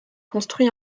construit